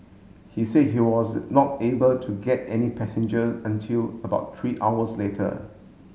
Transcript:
he said he was not able to get any passenger until about three hours later